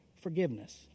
forgiveness